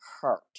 heart